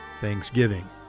Thanksgiving